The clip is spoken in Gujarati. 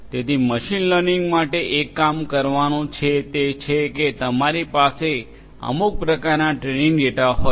તેથી મશીન લર્નિંગ માટે એક કામ કરવાનું છે તે છે કે તમારે પાસે અમુક પ્રકારના ટ્રેનિંગ ડેટા હોય